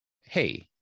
Hey